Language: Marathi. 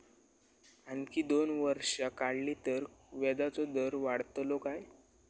आणखी दोन वर्षा वाढली तर व्याजाचो दर वाढतलो काय?